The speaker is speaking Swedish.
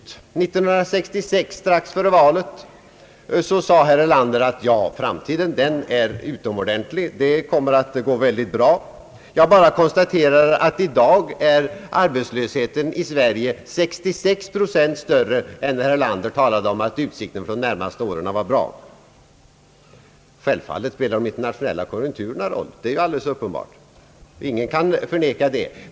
År 1966, strax före valet, sade herr Erlander: Framtiden är utomordeniligt lovande, det kommer att gå väldigt bra. Jag bara konstaterar att arbetslösheten i Sverige i dag är 66 procent större än den var när herr Erlander talade om att utsikterna för de närmase åren var goda. Självfallet spelar de internationella konjunkturerna en roll. Ingen kan förneka det.